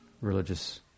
religious